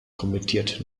kommentiert